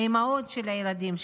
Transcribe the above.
האימהות של הילדים שלהם.